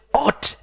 ought